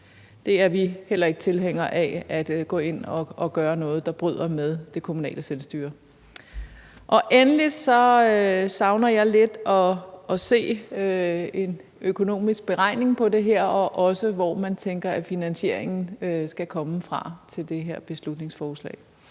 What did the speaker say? Vi er heller ikke tilhængere af at gå ind og gøre noget, der bryder med det lokale selvstyre. Endelig savner jeg lidt at se en økonomisk beregning for det her – også for, hvor man tænker at finansieringen skal komme fra til det her beslutningsforslag.